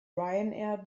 ryanair